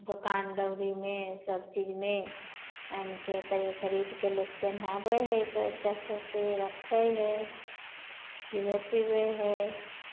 दोकान दौरीमे सबचीजमे आनिके तैओ खरिदके लोक पहनाबै हइ बच्चासभके रखै हइ खिबै पिबै हइ